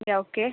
yeah okay